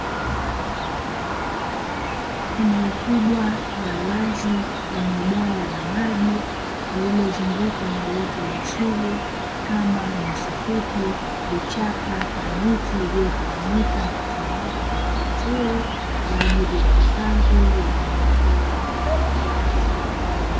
Eneo kubwa ka wazi lenye bwawa la maji lililozungukwa na uoto wa asili kama nyasi fupi, vichaka na miti iliyotawanyika na kutengeneza mandhari nzuri; kwa ajili ya hifadhi ya wanyamapori.